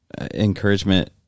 encouragement